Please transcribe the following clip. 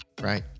Right